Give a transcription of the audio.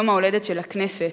יום-ההולדת של הכנסת,